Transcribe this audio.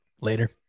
later